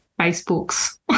Facebooks